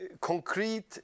concrete